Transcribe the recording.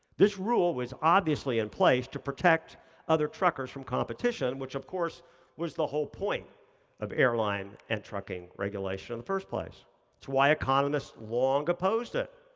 this rule was obviously in place to protect other truckers from competition, which of course was the whole point of airline and trucking regulation in the first place. that's why economists long opposed it.